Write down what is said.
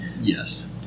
Yes